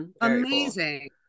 amazing